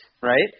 right